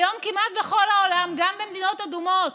היום כמעט בכל העולם, גם במדינות אדומות